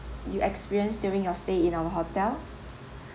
you experienced during your stay in our hotel